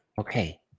Okay